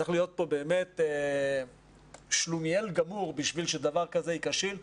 צריך להיות פה באמת שלומיאל גמור בשביל שדבר הזה ייכשל,